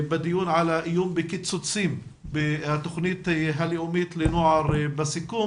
בדיון על האיום בקיצוצים בתוכנית הלאומית לנוער בסיכון